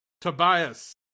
Tobias